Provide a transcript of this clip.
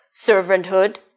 servanthood